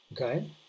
okay